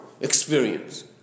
experience